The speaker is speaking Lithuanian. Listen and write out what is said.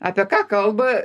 apie ką kalba